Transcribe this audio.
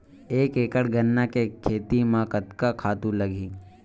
एक एकड़ गन्ना के खेती म कतका खातु लगही?